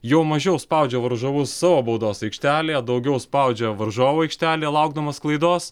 jau mažiau spaudžia varžovus savo baudos aikštelėje daugiau spaudžia varžovų aikštelėje laukdamas klaidos